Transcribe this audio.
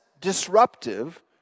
disruptive